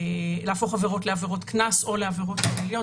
להפוך עבירות לעבירות קנס או לעבירות פליליות,